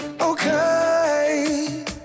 okay